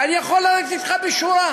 ואני יכול לרדת אתך בשורה.